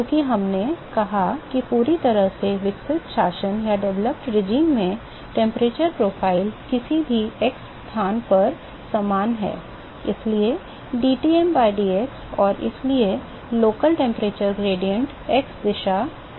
क्योंकि हमने कहा कि पूरी तरह से विकसित शासन में तापमान प्रोफ़ाइल किसी भी x स्थान पर समान है और इसलिए dTm by dx और इसलिए स्थानीय तापमान प्रवणता x दिशा स्थिर रहती है